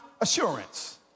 Assurance